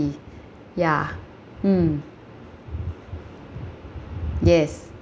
ya mm yes